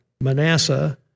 Manasseh